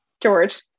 George